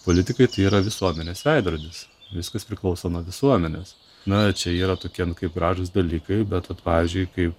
politikai tai yra visuomenės veidrodis viskas priklauso nuo visuomenės na čia yra tokie nu kaip gražūs dalykai bet vat pavyzdžiui kai